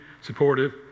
supportive